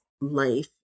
life